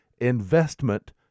investment